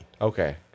Okay